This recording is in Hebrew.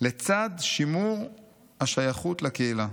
לצד שימור השייכות לקהילה.